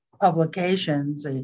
publications